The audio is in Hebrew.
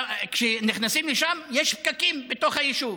כשנכנסים משם, יש פקקים בתוך היישוב.